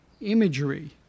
imagery